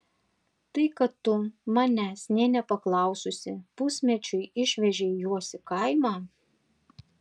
tai kad tu manęs nė nepaklaususi pusmečiui išvežei juos į kaimą